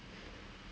that's all